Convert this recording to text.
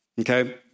okay